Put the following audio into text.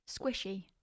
Squishy